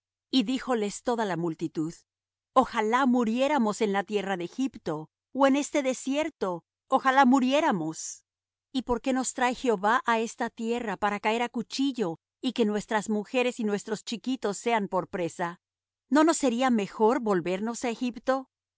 y díjoles toda la multitud ojalá muriéramos en la tierra de egipto ó en este desierto ojalá muriéramos y por qué nos trae jehová á esta tierra para caer á cuchillo y que nuestras mujeres y nuestros chiquitos sean por presa no nos sería mejor volvernos á egipto